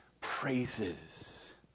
praises